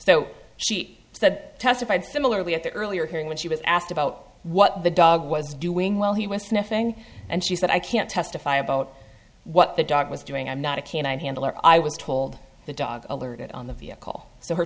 so she said testified similarly at the earlier hearing when she was asked about what the dog was doing while he was sniffing and she said i can't testify about what the dog was doing i'm not a canine handler i was told the dog alerted on the vehicle so her